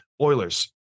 Oilers